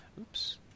oops